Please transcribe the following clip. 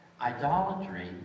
idolatry